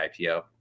IPO